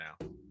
now